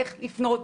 איך לתמוך,